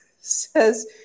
says